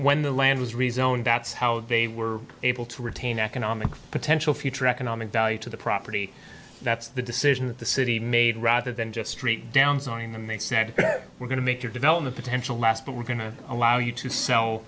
rezoned that's how they were able to retain economic potential future economic value to the property that's the decision that the city made rather than just straight down zoning and they said we're going to make your development potential less but we're going to allow you to sell